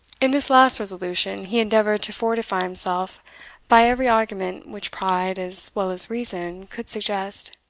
in this last resolution he endeavoured to fortify himself by every argument which pride, as well as reason, could suggest.